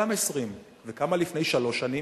גם 20. וכמה לפני שלוש שנים?